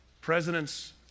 Presidents